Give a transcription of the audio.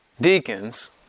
Deacons